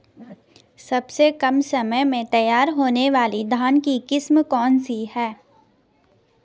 सबसे कम समय में तैयार होने वाली धान की किस्म कौन सी है?